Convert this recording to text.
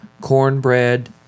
cornbread